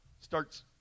starts